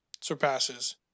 surpasses